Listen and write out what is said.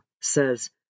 says